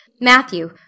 Matthew